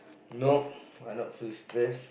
nope I not feel stress